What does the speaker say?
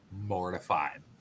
mortified